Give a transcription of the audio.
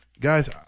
Guys